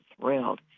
thrilled